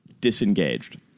disengaged